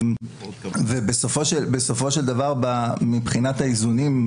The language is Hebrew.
בסופו של דבר מבחינת האיזונים,